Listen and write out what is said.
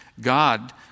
God